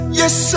yes